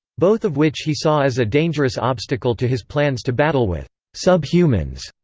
both of which he saw as a dangerous obstacle to his plans to battle with subhumans.